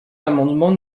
l’amendement